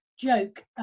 joke